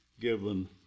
given